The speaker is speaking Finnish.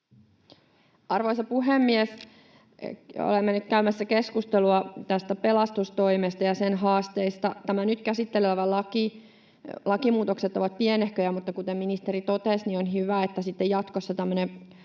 Arvoisa puhemies! Olemme nyt käymässä keskustelua tästä pelastustoimesta ja sen haasteista. Tämän nyt käsitteillä olevan lain lakimuutokset ovat pienehköjä, mutta kuten ministeri totesi, on hyvä, että sitten jatkossa tämmöinen